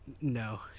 No